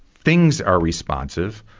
things are responsive,